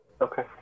okay